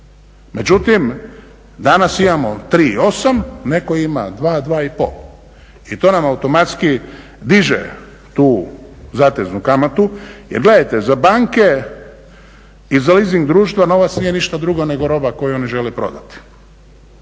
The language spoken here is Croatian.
Međutim, danas imamo 3,8, netko ima 2, 2,5. I to nam automatski diže tu zateznu kamatu jer gledajte, za banke i za leasing društva novac nije ništa drugo nego roba koju oni žele prodati.